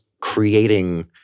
creating